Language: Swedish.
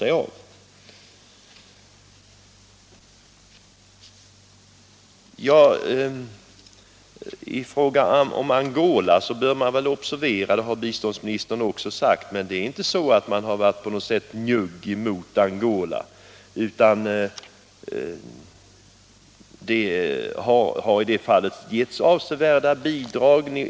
I fråga om Angola bör man observera — och det har också biståndsministern framhållit — att man inte på något sätt har varit njugg. Det har getts avsevärda bidrag.